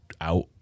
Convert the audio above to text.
out